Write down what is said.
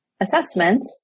assessment